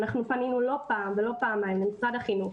אנחנו פנינו לא פעם ולא פעמיים למשרד החינוך,